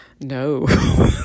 no